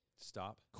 Stop